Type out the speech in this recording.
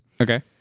okay